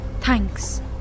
Thanks